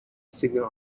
singer